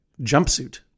jumpsuit